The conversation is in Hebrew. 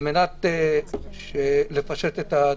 על מנת לפשט את הדברים.